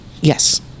Yes